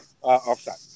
offside